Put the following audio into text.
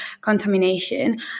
contamination